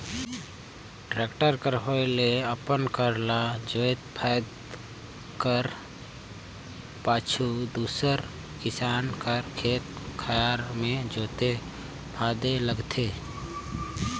tractor कर होए ले अपन कर ल जोते फादे कर पाछू दूसर किसान कर खेत खाएर मे जोते फादे लगथे